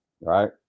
right